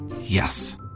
Yes